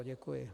Děkuji.